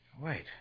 Wait